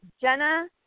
Jenna